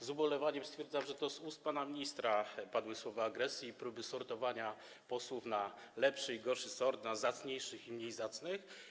Z ubolewaniem stwierdzam, że to z ust pana ministra padły słowa agresji i były próby sortowania posłów, podziału na lepszy i gorszy sort, na zacniejszych i mniej zacnych.